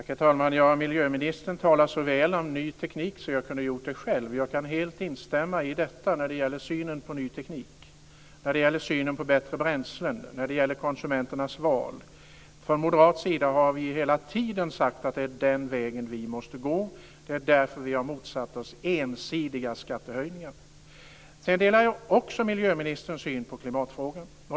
Herr talman! Miljöministern talar så väl om ny teknik att jag kunde ha gjort det själv. Jag kan helt instämma i synen på ny teknik, bättre bränslen, konsumenternas val. Från moderat sida har vi hela tiden sagt att det är vägen vi måste gå. Det är därför vi har motsatt oss ensidiga skattehöjningar. Jag delar också miljöministerns syn på klimatfrågan.